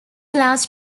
last